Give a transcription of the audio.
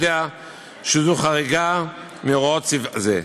יודע שזאת חריגה מהוראות סעיף זה,